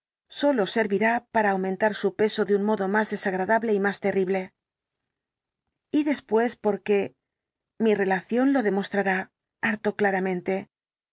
sólo servirá para aumentar su peso de un modo más desagradable y más terrible y después porque mi relación lo